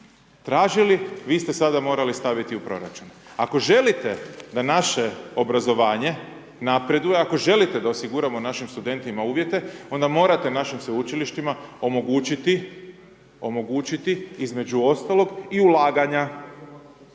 tražili, vi ste sada morali staviti u proračun. Ako želite da naše obrazovanje napreduje, ako želite da osiguramo našim studentima uvjete, onda morate našim Sveučilištima omogućiti, omogućiti između ostalog i ulaganja.